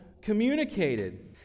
communicated